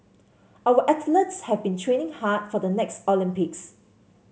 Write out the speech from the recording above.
our athletes have been training hard for the next Olympics